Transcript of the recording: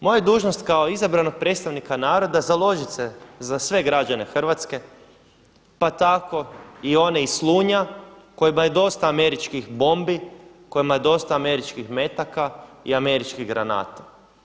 Moja je dužnost kao izabranog predstavnika naroda založiti se za sve građane Hrvatske pa tako i onih iz Slunja kojima je dosta američkih bombi, kojima je dosta američkih metaka i američkih granata.